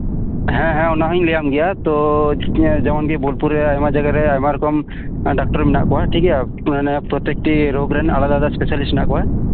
ᱦᱮᱸ ᱦᱮᱸ ᱚᱱᱟ ᱦᱩᱸᱧ ᱞᱟᱹᱭᱟᱢ ᱜᱮᱭᱟ ᱛᱚ ᱵᱳᱞᱯᱩᱨ ᱨᱮ ᱟᱭᱢᱟ ᱡᱟᱭᱜᱟ ᱨᱮ ᱟᱭᱢᱟ ᱨᱚᱠᱚᱢ ᱰᱟᱠᱛᱟᱨ ᱢᱮᱱᱟᱜ ᱠᱚᱣᱟ ᱴᱷᱤᱠᱜᱮᱭᱟ ᱢᱟᱱᱮ ᱯᱨᱚᱛᱛᱮᱠᱴᱤ ᱨᱳᱜᱽ ᱨᱮᱱ ᱟᱞᱟᱫᱟ ᱟᱞᱟᱫᱟ ᱮᱥᱯᱮᱥᱟᱞᱤᱥᱴ ᱢᱮᱱᱟᱜ ᱠᱚᱣᱟ